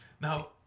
Now